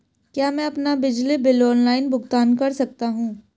क्या मैं अपना बिजली बिल ऑनलाइन भुगतान कर सकता हूँ?